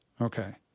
Okay